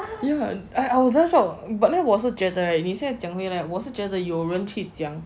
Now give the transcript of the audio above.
ya I was very shocked but then 我是觉得你现在回来是有人去讲